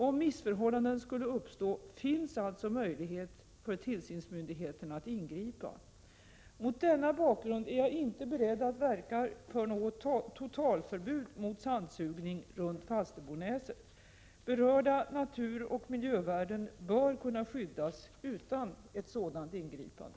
Om missförhållanden skulle uppstå finns alltså möjlighet för tillsynsmyndigheterna att ingripa. Mot denna bakgrund är jag inte beredd att verka för något totalförbud mot sandsugning runt Falsterbonäset. Berörda naturoch miljövärden bör kunna skyddas utan ett sådant ingripande.